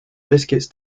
biscuits